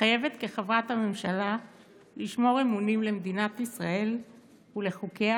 מתחייב כחבר הממשלה לשמור אמונים למדינת ישראל ולחוקיה,